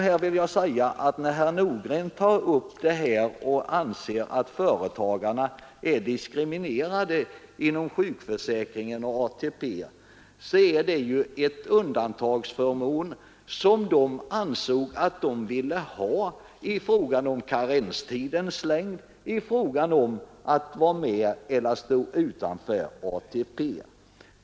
Herr Nordgren ansåg att företagarna är diskriminerade inom sjukförsäkringen och ATP-försäkringen. Låt mig dock framhålla att det var de själva som ville ha rätten till undantagsförmåner vad gäller karenstidens längd och möjligheterna att stå utanför ATP.